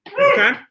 okay